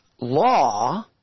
law